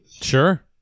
Sure